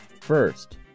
First